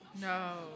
No